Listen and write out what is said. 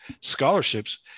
scholarships